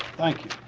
thank you.